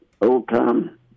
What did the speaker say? Old-time